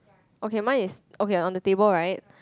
okay mine is okay on the table right